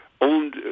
owned